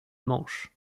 manche